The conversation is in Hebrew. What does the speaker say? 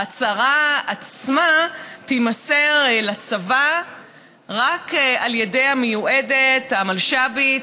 ההצהרה עצמה תימסר לצבא רק על ידי המלש"בית,